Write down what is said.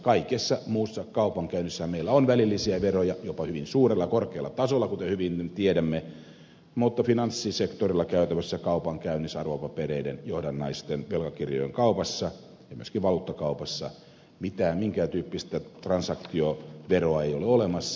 kaikessa muussa kaupankäynnissähän meillä on välillisiä veroja jopa hyvin korkealla tasolla kuten hyvin tiedämme mutta finanssisektorilla käytävässä kaupankäynnissä arvopapereiden johdannaisten velkakirjojen kaupassa ja myöskään valuuttakaupassa minkään tyyppistä transaktioveroa ei ole olemassa